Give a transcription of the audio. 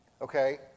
Okay